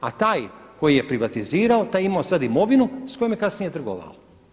A taj koji je privatizirao taj je imao sad i imovinu sa kojom je kasnije trgovao.